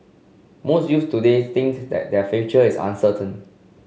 most youths today think that their future is uncertain